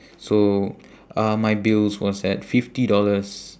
so uh my bills was at fifty dollars